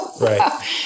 right